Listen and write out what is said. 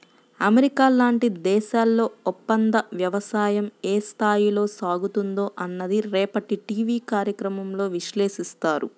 America లాంటి దేశాల్లో ఒప్పందవ్యవసాయం ఏ స్థాయిలో సాగుతుందో అన్నది రేపటి టీవీ కార్యక్రమంలో విశ్లేషిస్తారు